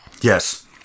yes